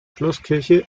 schlosskirche